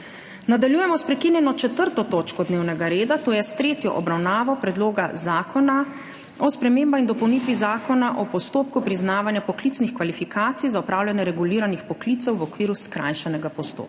Nadaljujemo s prekinjeno 4. točko dnevnega reda, to je s tretjo obravnavo Predloga zakona o spremembi in dopolnitvi Zakona o postopku priznavanja poklicnih kvalifikacij za opravljanje reguliranih poklicev v okviru skrajšanega postopka.